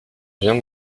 viens